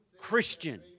Christian